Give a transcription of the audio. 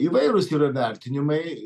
įvairūs yra vertinimai